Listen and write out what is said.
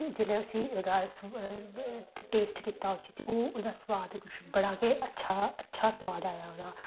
जिल्लै उस्सी ओह्दा टेस्ट कीता उस्सी ते ओह् ओह्दा सुआद कुछ बड़ा गै अच्छा अच्छा सुआद आया ओह्दा